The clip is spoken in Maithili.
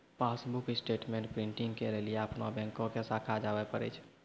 पासबुक स्टेटमेंट प्रिंटिंग के लेली अपनो बैंको के शाखा जाबे परै छै